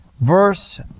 Verse